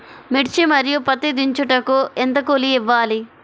మిర్చి మరియు పత్తి దించుటకు ఎంత కూలి ఇవ్వాలి?